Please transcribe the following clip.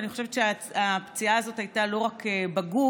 ואני חושבת שהפציעה הזאת הייתה לא רק בגוף